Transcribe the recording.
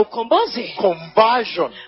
Conversion